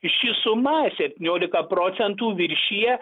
ši suma septyniolika procentų viršija